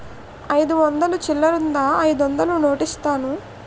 అయిదు వందలు చిల్లరుందా అయిదొందలు నోటిస్తాను?